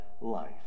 life